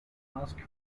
masks